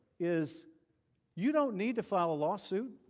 is you know need to file a lawsuit.